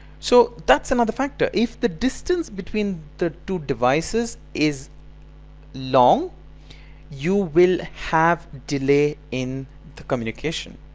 so that's another factor. if the distance between the two devices is long you will have delay in the communication.